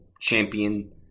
champion